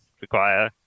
require